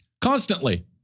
constantly